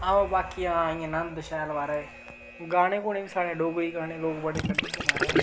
आओ बाकी हां इंया नंद शैल महाराज गाने गुने बी साढ़े डोगरी गाने लोक बड़े कड्ढे दे महाराज